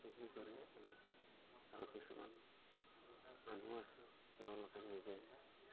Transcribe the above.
বিক্ৰী কৰে এনে আৰু কিছুমান মানুহ আছে তেওঁলোকে নিজে